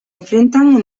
enfrentan